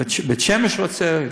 בית-שמש רוצה,